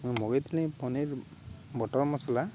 ମୁଁ ମଗାଇ ଥିଲି ପନିର୍ ବଟର ମସଲା